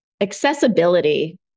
accessibility